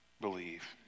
believe